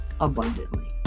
abundantly